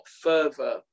further